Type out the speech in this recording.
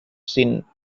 scene